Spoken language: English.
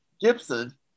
Gibson